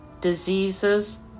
diseases